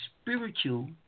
spiritual